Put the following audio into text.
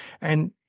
And-